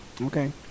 Okay